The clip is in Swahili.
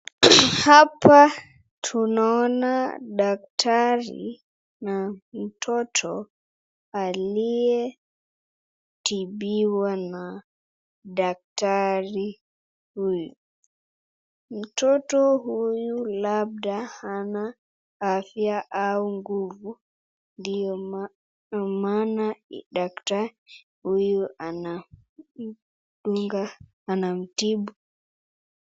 Hapa tunaona daktari na mtoto aliyetibiwa na daktari huyu. Mtoto huyu labda hana afya au nguvu ndio maana daktari huyu anamdunga anamtibu.